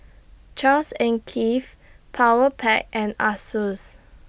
Charles and Keith Powerpac and Asus